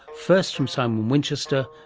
first from simon winchester,